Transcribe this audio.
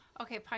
Okay